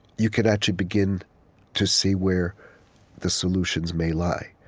you can actually begin to see where the solutions may lie.